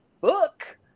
book